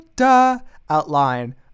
outline